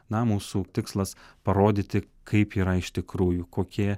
na mūsų tikslas parodyti kaip yra iš tikrųjų kokie